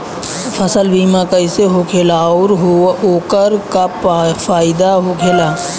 फसल बीमा कइसे होखेला आऊर ओकर का फाइदा होखेला?